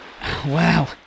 Wow